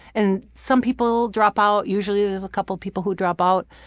and some people drop out. usually there's a couple people who drop out,